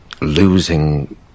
losing